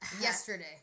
yesterday